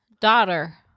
daughter